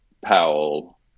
Powell